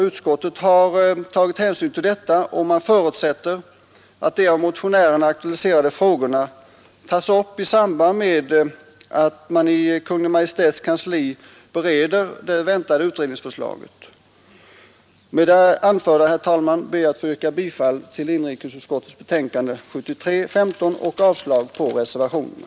Utskottet har tagit hänsyn till detta och förutsätter, att de av motionärerna aktualiserade frågorna tas upp i samband med att Kungl. Maj:ts kansli bereder det väntade utredningsförslaget. Med det anförda, herr talman, ber jag att få yrka bifall till inrikesutskottets betänkande nr 15 och avslag på reservationerna.